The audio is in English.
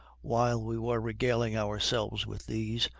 while we were regaling ourselves with these,